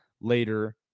later